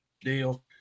deal